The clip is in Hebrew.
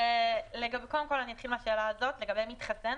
קודם כול השאלה הזאת לגבי מתחסן